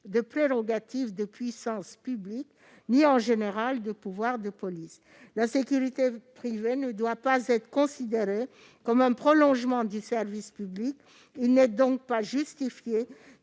de prérogatives de puissance publique, ni en général de pouvoirs de police. La sécurité privée ne doit pas être considérée comme un prolongement du service public. Il n'est donc pas justifié